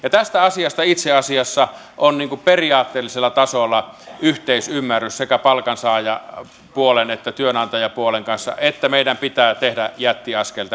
tästä asiasta itse asiassa on periaatteellisella tasolla yhteisymmärrys sekä palkansaajapuolen että työnantajapuolen kanssa että meidän pitää tehdä jättiaskel